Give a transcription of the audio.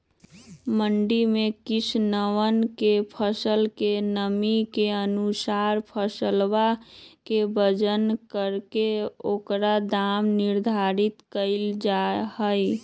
मंडी में किसनवन के फसल के नमी के अनुसार फसलवा के वजन करके ओकर दाम निर्धारित कइल जाहई